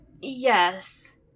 yes